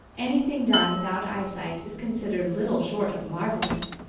anything done without eyesight is considered little short of marvelous.